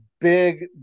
Big